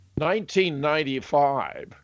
1995